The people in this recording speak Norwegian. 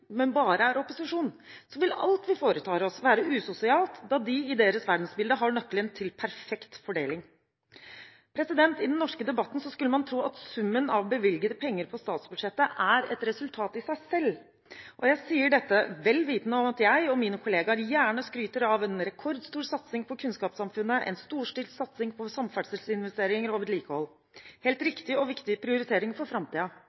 men bare er opposisjon – vil alt vi foretar oss, være usosialt, da de i sitt verdensbilde har nøkkelen til perfekt fordeling. I den norske debatten skulle man tro at summen av bevilgede penger på statsbudsjettet er et resultat i seg selv. Jeg sier dette vel vitende om at jeg og mine kolleger gjerne skryter av en rekordstor satsing på kunnskapssamfunnet og en storstilt satsing på samferdselsinvesteringer og vedlikehold – helt riktige og viktige prioriteringer for